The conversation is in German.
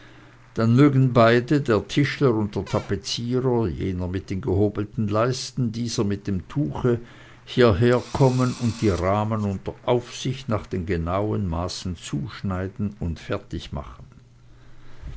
dann mögen beide der tischler und der tapezierer jener mit den gehobelten leisten dieser mit dem tuche hierherkommen und die rahmen unter aufsicht nach den genauen maßen zuschneiden und